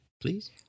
please